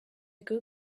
good